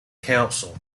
council